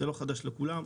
זה לא חדש לכולם.